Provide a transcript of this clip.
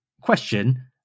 question